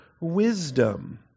wisdom